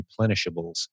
replenishables